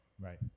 Right